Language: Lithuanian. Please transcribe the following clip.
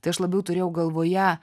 tai aš labiau turėjau galvoje